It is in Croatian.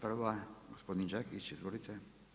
Prva gospodin Đakić, izvolite.